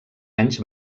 anys